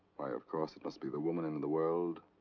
why of course it must be the woman in the world.